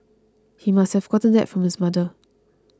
he must have got that from his mother